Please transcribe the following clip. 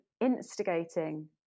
instigating